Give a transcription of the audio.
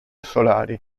solari